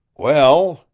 well,